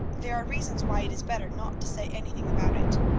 there are reasons why it is better not to say anything about it.